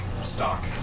stock